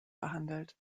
behandelt